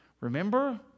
Remember